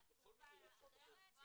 תקופה אחרת".